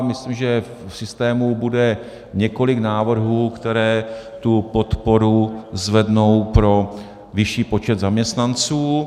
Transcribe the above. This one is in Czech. Myslím, že v systému bude několik návrhů, které tu podporu zvednou pro vyšší počet zaměstnanců.